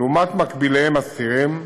לעומת מקביליהם השכירים,